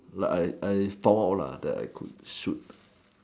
like I I store all that I could shoot